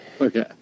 Okay